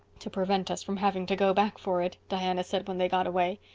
to prevent us from having to go back for it, diana said when they got away.